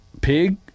Pig